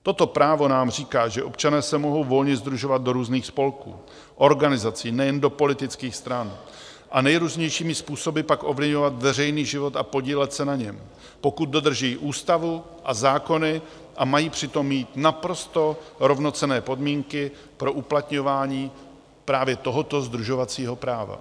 Toto právo nám říká, že občané se mohou volně sdružovat do různých spolků, organizací, nejen do politických stran, a nejrůznějšími způsoby pak ovlivňovat veřejný život a podílet se na něm, pokud dodržují ústavu a zákony, a mají přitom mít naprosto rovnocenné podmínky pro uplatňování právě tohoto sdružovacího práva.